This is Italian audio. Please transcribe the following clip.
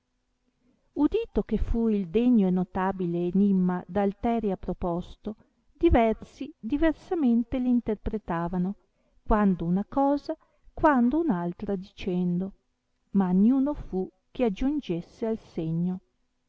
udito che fu il degno e notabile enimma da alteria proposto diversi diversamente l interpretavano quando una cosa quando un altra dicendo ma niuno fu che aggiungesse al segno